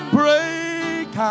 break